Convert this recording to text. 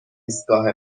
ایستگاه